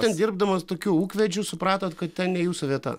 ten dirbdamas tokiu ūkvedžiu supratot kad ten ne jūsų vieta